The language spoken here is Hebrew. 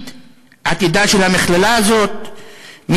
כעתידה של המכללה הזאת,